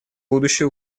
будущее